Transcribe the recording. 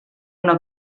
una